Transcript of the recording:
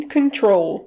Control